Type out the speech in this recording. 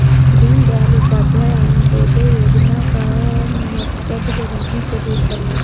दीनदयाल उपाध्याय अंत्योदय योजना का मकसद गरीबी को दूर करना है